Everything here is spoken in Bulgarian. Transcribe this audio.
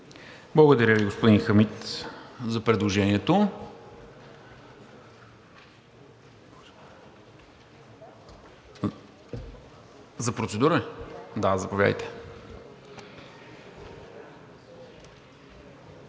Благодаря Ви, господин Хамид, за предложението. За процедура ли? Заповядайте.